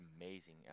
amazing